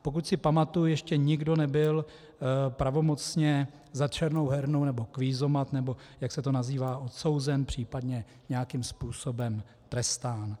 Pokud si pamatuji, ještě nikdo nebyl pravomocně za černou hernu nebo kvízomat, nebo jak se to nazývá, odsouzen, případně nějakým způsobem trestán.